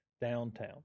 downtown